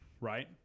right